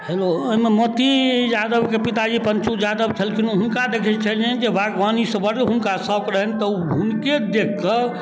hello एहिमे मोती यादवके पिताजी पञ्चू यादव छलखिन हुनका देखै छलिअनि जे बागवानीसँ बड़ हुनका सौख रहनि तऽ हुनके देखिकऽ